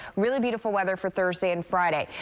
really beautiful weather for thursday and friday.